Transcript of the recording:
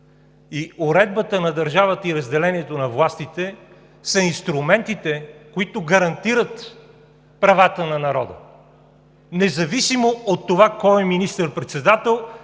уредбата на държавата и разделението на властите са инструментите, които гарантират правата на народа, независимо от това кой е министър-председател